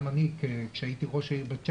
גם אני כשהייתי ראש העיר בית שמש,